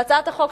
והצעת החוק,